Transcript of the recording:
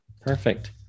perfect